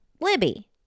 Libby